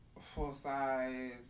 full-size